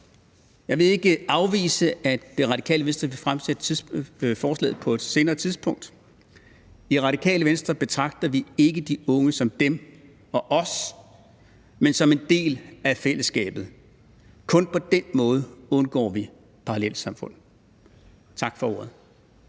Jeg vil ikke afvise, at Radikale Venstre vil fremsætte forslaget på et senere tidspunkt. I Radikale Venstre betragter vi ikke disse unge som dem i forhold til os, men som en del af fællesskabet – kun på den måde undgår vi parallelsamfund. Tak for ordet.